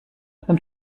beim